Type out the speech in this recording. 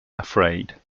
afraid